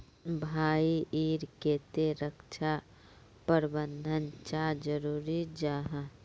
भाई ईर केते रक्षा प्रबंधन चाँ जरूरी जाहा?